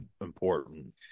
important